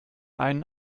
einen